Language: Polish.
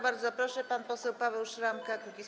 Bardzo proszę, pan poseł Paweł Szramka, Kukiz’15.